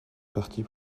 partie